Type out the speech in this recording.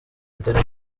atari